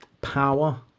Power